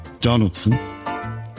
Donaldson